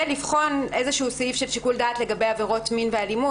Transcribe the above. ולבחון סעיף של שיקול דעת לגבי עבירות מין ואלימות.